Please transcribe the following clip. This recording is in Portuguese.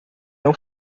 não